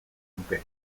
nuke